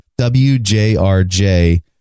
WJRJ